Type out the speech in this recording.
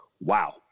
wow